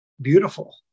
beautiful